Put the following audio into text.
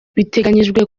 biteganyijwe